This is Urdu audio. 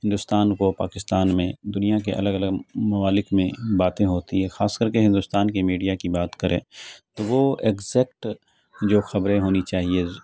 ہندوستان کو پاکستان میں دنیا کے الگ الگ ممالک میں باتیں ہوتی ہے خاص کر کے ہندوستان کی میڈیا کی بات کرے تو وہ ایگزیکٹ جو خبریں ہونی چاہیے